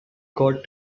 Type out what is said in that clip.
got